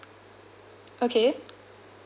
okay